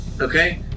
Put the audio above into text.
Okay